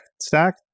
stack